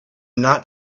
not